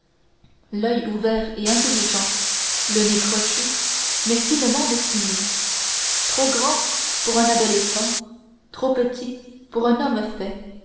l'oeil ouvert et intelligent le nez crochu mais finement dessiné trop grand pour un adolescent trop petit pour un homme fait